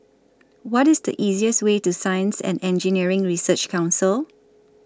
What IS The easiest Way to Science and Engineering Research Council